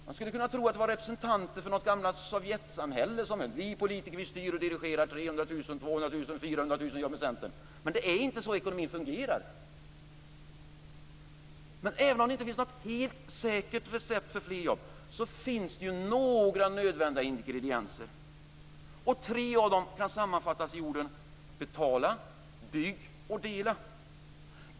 Man skulle kunna tro att det var representanter för något gammalt sovjetsamhälle där politiker styr och dirigerar så blir det 200 000, 300 000 eller 400 000 nya jobb. Det är inte så ekonomin fungerar. Även om det inte finns något helt säkert recept för fler jobb finns det några nödvändiga ingredienser. Tre av dem kan sammanfattas i orden: betala, bygga och dela.